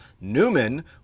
Newman